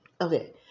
Okay